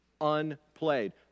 unplayed